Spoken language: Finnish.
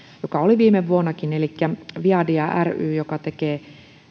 joka oli viime vuonnakin elikkä viadia ry joka tekee